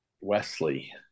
Wesley